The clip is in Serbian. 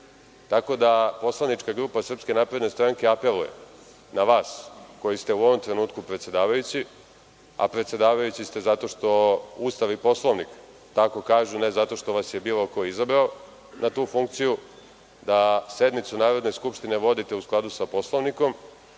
da, poslanička grupa SNS apeluje na vas, koji ste u ovom trenutku predsedavajući, a predsedavajući ste zato što Ustav i Poslovnik tako kažu, ne zato što vas je bilo ko izabrao na tu funkciju, da sednicu Narodne skupštine vodite u skladu sa Poslovnikom